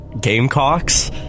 Gamecocks